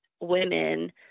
women